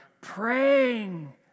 praying